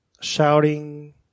shouting